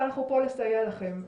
ואנחנו פה לסייע לכם,